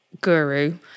guru